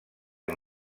amb